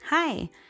Hi